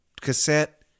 cassette